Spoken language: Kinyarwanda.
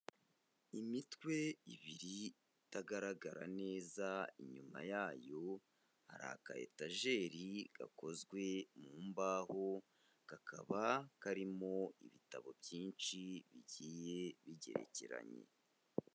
Imitwe ibiri itagaragara neza inyuma yayo hari akayetajeri gakozwe mu mbaho kakaba karimo ibitabo byinshi bigiye bigerekeranye.